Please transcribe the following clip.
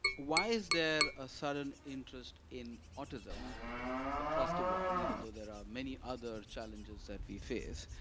why is there a sudden interest in autism across the world? even though there are many other challenges that we face.